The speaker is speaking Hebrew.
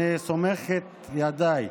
אני סומך את ידיי